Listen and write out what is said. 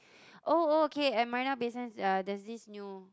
oh oh okay at Marina-Bay Sands ya here's this new